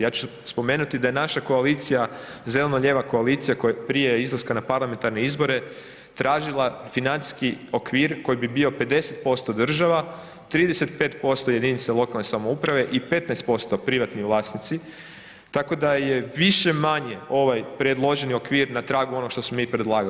Ja ću spomenuti da je naša koalicija, zeleno-lijeva koalicija koja je prije izlaska na parlamentarne izbore, tražila financijski okvir koji bi bio 50% država, 35% jedinice lokalne samouprave i 15% privatni vlasnici, tako da je više-manje ovaj predloženi okvir na tragu onoga što smo mi predlagali.